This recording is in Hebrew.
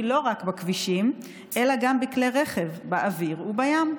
לא רק בכבישים אלא גם בכלי רכב באוויר ובים,